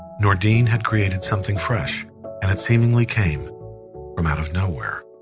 nordine had created something fresh and it seemingly came from out of nowhere.